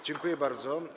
Dziękuję bardzo.